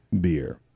beer